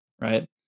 right